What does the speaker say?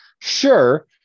sure